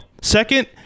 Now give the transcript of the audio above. Second